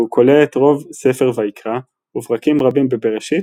והוא כולל את רוב ספר ויקרא ופרקים רבים בבראשית,